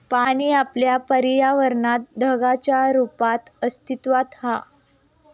पाणी आपल्या पर्यावरणात ढगांच्या रुपात अस्तित्त्वात हा